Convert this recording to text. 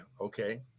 okay